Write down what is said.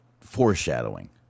foreshadowing